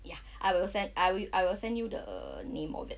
ya I will send I will I will send you the name of it